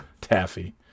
taffy